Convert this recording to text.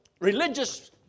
religious